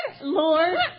Lord